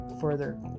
further